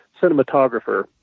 cinematographer